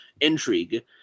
intrigue